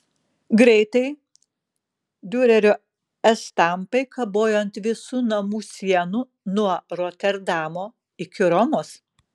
greitai diurerio estampai kabojo ant visų namų sienų nuo roterdamo iki romos